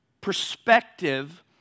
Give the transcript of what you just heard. perspective